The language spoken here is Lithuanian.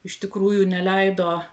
iš tikrųjų neleido